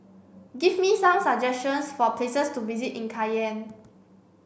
give me some suggestions for places to visit in Cayenne